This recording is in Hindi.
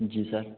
जी सर